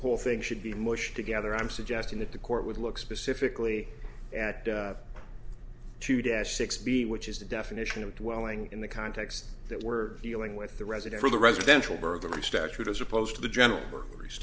whole thing should be mushed together i'm suggesting that the court would look specifically at two dash six b which is the definition of dwelling in the context that we're dealing with the resident or the residential burglary statute as opposed to the general